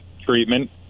treatment